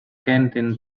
canteen